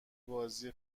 بازی